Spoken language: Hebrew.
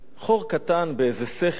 חור קטן באיזה סכר,